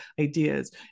ideas